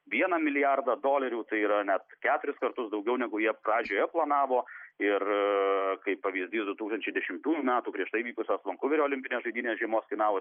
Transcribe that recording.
vieną milijardą dolerių tai yra net keturis kartus daugiau negu jie pradžioje planavo ir kaip pavyzdys du tūkstančiai dešimtųjų metų prieš tai vykusios vankuverio olimpinės žaidynės žiemos kainavo